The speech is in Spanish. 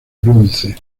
bronce